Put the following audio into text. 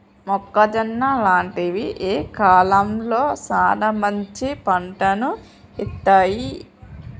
మొక్కజొన్న లాంటివి ఏ కాలంలో సానా మంచి పంటను ఇత్తయ్?